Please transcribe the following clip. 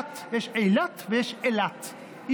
יש אילת ויש אלת.